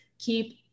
keep